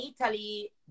Italy